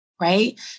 Right